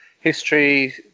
history